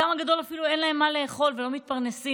שלחלקם הגדול אפילו אין מה לאכול ולא מתפרנסים,